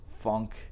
funk